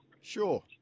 Sure